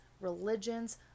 religions